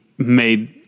made